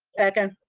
second.